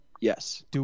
Yes